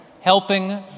helping